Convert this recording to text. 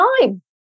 time